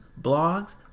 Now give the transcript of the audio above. blogs